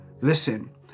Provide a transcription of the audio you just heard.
Listen